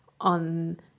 on